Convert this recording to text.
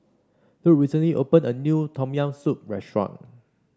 Luc recently opened a new Tom Yam Soup restaurant